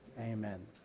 amen